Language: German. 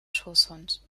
schoßhund